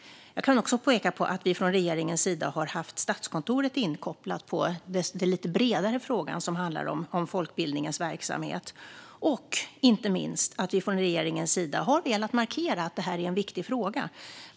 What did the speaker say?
Jag kan också peka på att regeringen har haft Statskontoret inkopplat på den lite bredare frågan om folkbildningens verksamhet och, inte minst, att regeringen har velat markera att detta är en viktig fråga.